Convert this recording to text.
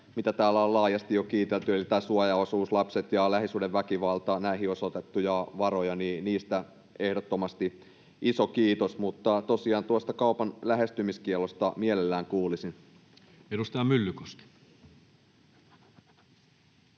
mitä täällä on laajasti jo kiitelty. Eli tämä suojaosuus, lapset ja lähisuhdeväkivalta — näihin osoitetuista varoista ehdottomasti iso kiitos. Tosiaan tuosta kaupan lähestymiskiellosta mielelläni kuulisin. [Speech 482]